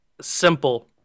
Simple